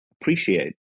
appreciate